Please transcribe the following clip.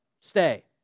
Stay